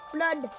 Blood